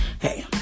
hey